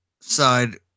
side